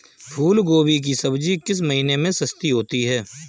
फूल गोभी की सब्जी किस महीने में सस्ती होती है?